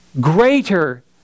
greater